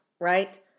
right